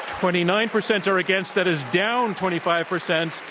twenty nine percent are against. that is down twenty five percent.